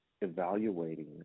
evaluating